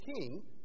king—